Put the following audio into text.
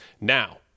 Now